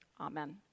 amen